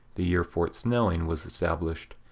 the year fort snelling was established,